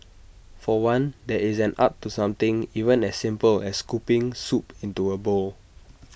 for one there is an art to something even as simple as scooping soup into A bowl